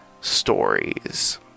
stories